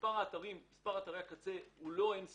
מספר אתרי הקצה הוא לא אין סופי.